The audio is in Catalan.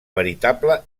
veritable